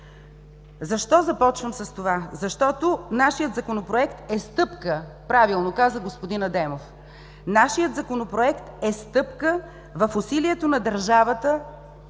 Защо започвам с това? Защото нашият Законопроект е стъпка – правилно каза господин Адемов, нашият Законопроект е стъпка в усилието на държавата,